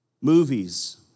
movies